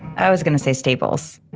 i was gonna say staples